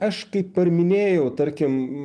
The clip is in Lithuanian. aš kaip ir minėjau tarkim